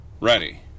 Ready